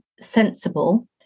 sensible